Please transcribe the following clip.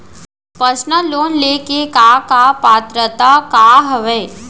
Personal loan ले के का का पात्रता का हवय?